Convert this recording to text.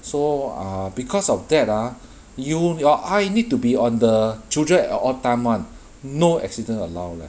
so uh because of that ah you your eye need to be on the children at all time [one] no accident allowed leh